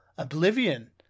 oblivion